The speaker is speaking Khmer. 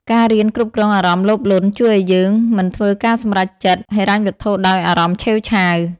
ការរៀនគ្រប់គ្រងអារម្មណ៍លោភលន់ ជួយឱ្យយើងមិនធ្វើការសម្រេចចិត្តហិរញ្ញវត្ថុដោយអារម្មណ៍ឆេវឆាវ។